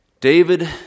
David